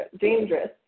dangerous